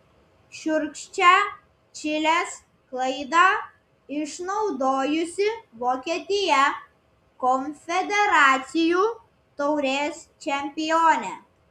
šiurkščią čilės klaidą išnaudojusi vokietija konfederacijų taurės čempionė